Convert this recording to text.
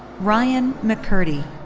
ryan mccurdy.